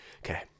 okay